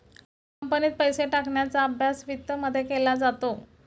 कंपनीत पैसे टाकण्याचा अभ्यास वित्तमध्ये केला जातो